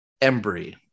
Embry